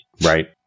right